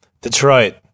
Detroit